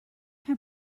her